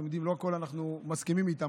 אתם יודעים, לא בהכול אנחנו מסכימים איתם.